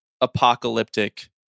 apocalyptic